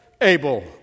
Abel